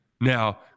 Now